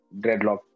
dreadlock